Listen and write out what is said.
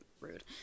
rude